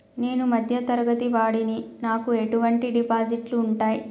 నేను మధ్య తరగతి వాడిని నాకు ఎటువంటి డిపాజిట్లు ఉంటయ్?